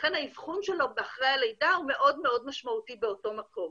ולכן האבחון שלו אחרי הלידה הוא מאוד מאוד משמעתי באותו מקום.